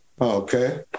Okay